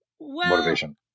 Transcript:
motivation